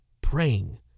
Praying